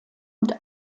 und